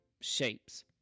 shapes